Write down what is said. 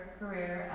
career